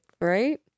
Right